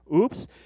Oops